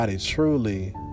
truly